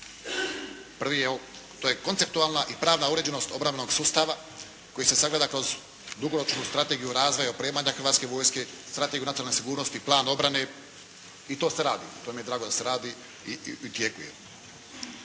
to je konceptualna i pravna uređenost obrambenog sustava koji se sagleda kroz dugoročnu strategiju razvoja i opremanja Hrvatske vojske, strategiju nacionalne sigurnosti i plan obrane i to se radi i to mi je drago da se radi i u tijeku je.